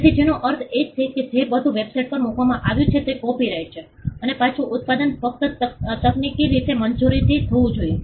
તેથી જેનો અર્થ એ છે કે જે બધું વેબસાઇટ પર મૂકવામાં આવ્યું હતું તે કોપિરાઇટ છે અને પાછુ ઉત્પાદન ફક્ત તકનીકી રીતે મંજૂરીથી થવું જોઈએ